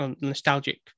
nostalgic